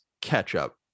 ketchup